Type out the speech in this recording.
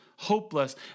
Hopeless